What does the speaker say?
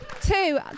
two